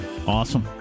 Awesome